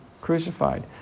crucified